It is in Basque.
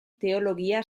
teologia